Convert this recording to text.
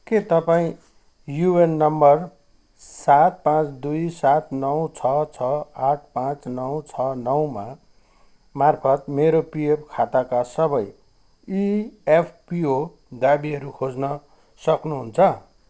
के तपाईँँ UAN number सात पाँच दुई सात नौ छ छ आठ पाँच नौ छ नौमा मार्फत मेरो पिएफ खाताका सबै इएफपिओ दावीहरू खोज्न सक्नुहुन्छ